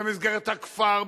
במסגרת הכפר,